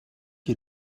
you